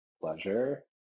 pleasure